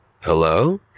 Hello